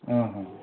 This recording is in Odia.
ହଁ ହଁ